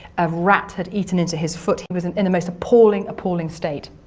a rat had eaten into his foot. he was and in the most appalling, appalling state.